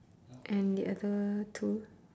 and the other tool